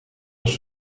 was